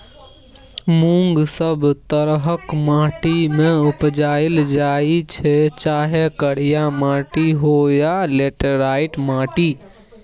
मुँग सब तरहक माटि मे उपजाएल जाइ छै चाहे करिया माटि होइ या लेटेराइट माटि